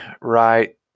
right